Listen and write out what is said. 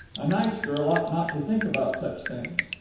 a nice girl ought not to think about such things.